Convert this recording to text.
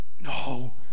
No